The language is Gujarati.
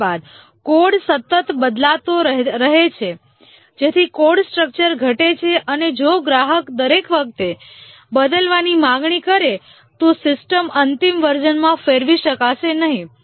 ત્યારબાદ કોડ સતત બદલાતો રહે છે જેથી કોડ સ્ટ્રક્ચર ઘટે છે અને જો ગ્રાહક દરેક વખતે બદલાવની માંગણી કરે તો સિસ્ટમ અંતિમ વર્ઝનમાં ફેરવી શકાશે નહીં